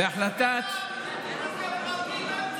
זה כסף קטן, בן צור.